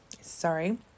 sorry